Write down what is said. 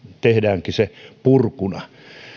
tehdäänkin se purkuna